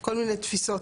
כל מיני תפיסות.